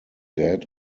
dead